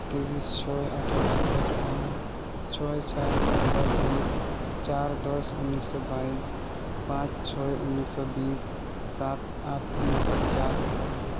ᱛᱤᱨᱤᱥ ᱪᱷᱚᱭ ᱟᱴᱷᱟᱨᱳᱥᱚ ᱯᱟᱸᱪᱯᱚᱱ ᱪᱷᱚᱭ ᱪᱟᱨ ᱫᱩ ᱦᱟᱡᱟᱨ ᱮᱠ ᱪᱟᱨ ᱫᱚᱥ ᱩᱱᱤᱥᱥᱚ ᱵᱟᱭᱤᱥ ᱯᱟᱸᱪ ᱪᱷᱚᱭ ᱩᱱᱤᱥᱥᱚ ᱵᱤᱥ ᱥᱟᱛ ᱟᱴ ᱩᱱᱤᱥᱥᱚ ᱯᱚᱪᱟᱥ